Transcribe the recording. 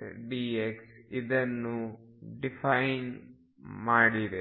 ψdx ಇದನ್ನು ಡಿಫೈನ್ ಮಾಡಿದೆ